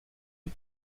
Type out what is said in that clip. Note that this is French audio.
est